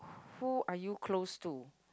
who are you close to